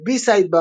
בבי-סייד,